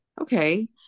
okay